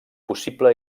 possible